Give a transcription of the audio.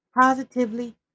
positively